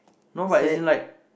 no but as in like